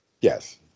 yes